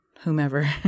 whomever